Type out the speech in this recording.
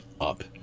up